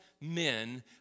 men